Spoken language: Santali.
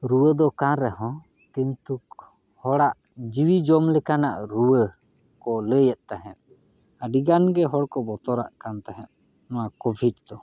ᱨᱩᱣᱟᱹ ᱫᱚ ᱠᱟᱱ ᱨᱮᱦᱚᱸ ᱠᱤᱱᱛᱩ ᱦᱚᱲᱟᱜ ᱡᱤᱣᱤ ᱡᱚᱢ ᱞᱮᱠᱟᱱᱟᱜ ᱨᱩᱣᱟᱹ ᱠᱚ ᱞᱟᱹᱭᱮᱫ ᱛᱟᱦᱮᱸᱫ ᱟᱹᱰᱤ ᱜᱟᱱ ᱜᱮ ᱦᱚᱲ ᱠᱚ ᱵᱚᱛᱚᱨᱟᱜ ᱠᱟᱱ ᱛᱟᱦᱮᱸᱫ ᱱᱚᱣᱟ ᱠᱳᱵᱷᱤᱰ ᱫᱚ